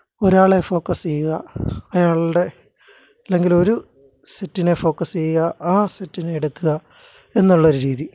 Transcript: ഒരാളെ ഫോക്കസ് ചെയ്യുക അയാളുടെ അല്ലെങ്കിലൊരു സെറ്റിനെ ഫോക്കസ് ചെയ്യുക ആ സെറ്റിനെ എടുക്കുക എന്നുള്ളൊരു രീതി